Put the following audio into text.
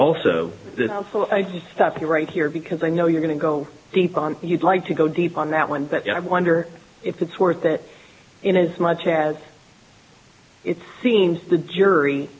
also i just stop you right here because i know you're going to go deep on you'd like to go deep on that one but i wonder if it's worth it in as much as it seems the jury